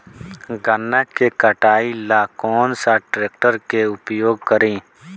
गन्ना के कटाई ला कौन सा ट्रैकटर के उपयोग करी?